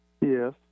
Yes